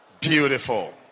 Beautiful